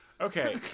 Okay